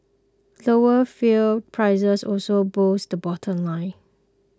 lower fuel prices also boosted the bottom line